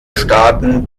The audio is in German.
staaten